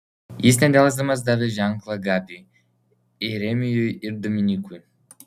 jis nedelsdamas davė ženklą gabiui jeremijui ir dominykui